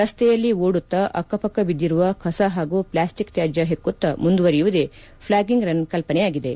ರಸ್ತೆಯಲ್ಲಿ ಓದುತ್ತಾ ಅಕ್ಕ ಪಕ್ಕ ಬಿದ್ದಿರುವ ಕಸ ಹಾಗೂ ಪ್ಲಾಸ್ಟಿಕ್ ತ್ಯಾಜ್ಯ ಹೆಕ್ಕು ತ್ತಾ ಮುಂದುವರಿಯುವುದೇ ಪ್ಲಾಗಿಂಗ್ ರನ್ ಕಲ್ಪನೆಯಾಗಿದೆ